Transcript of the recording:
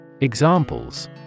Examples